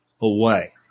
away